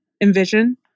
Envision